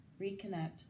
reconnect